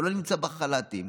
שלא נמצא בחל"תים,